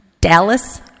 Dallas